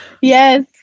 yes